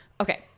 Okay